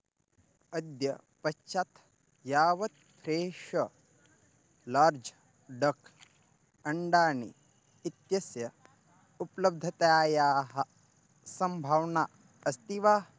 अद्य पश्चात् यावत् फ़्रेष लार्ज् डक् अण्डानि इत्यस्य उपलब्धतायाः सम्भावना अस्ति वा